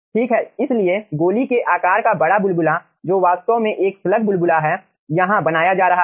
ठीक है इसलिए गोली के आकार का बड़ा बुलबुला जो वास्तव में एक स्लग बुलबुला है यहाँ बनाया जा रहा है